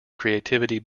creativity